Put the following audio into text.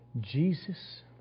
Jesus